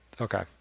Okay